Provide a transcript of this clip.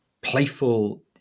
playful